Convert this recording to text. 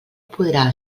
podrà